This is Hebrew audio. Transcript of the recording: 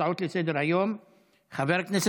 הצעות לסדר-היום מס'